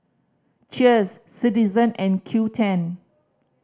Cheers Citizen and Qoo ten